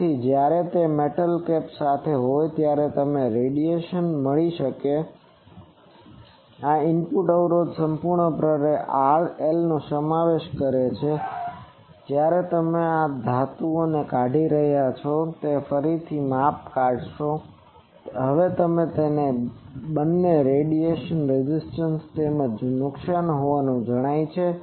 તેથી જ્યારે તે મેટલ કેપ સાથે હોય ત્યારે તમને રેડિયેશન મળી રહે છે આ ઇનપુટ અવરોધ સંપૂર્ણપણે RL નો સમાવેશ કરે છે અને જ્યારે તમે આ ધાતુને કાઢી રહ્યા હો અને ફરી તેનું માપ કાઢશો ત્યારે તમને તે બંને રેડિયેશન રેઝિસ્ટન્સ તેમજ નુકસાન હોવાનું જણાય છે